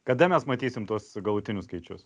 kada mes matysim tuos galutinius skaičius